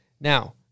Now